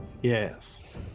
yes